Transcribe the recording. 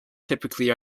typically